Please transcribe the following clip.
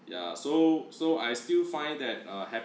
ya so so I still find that err